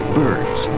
birds